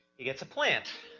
he gets a plant.